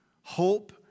Hope